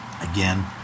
again